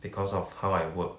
because of how I work